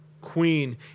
queen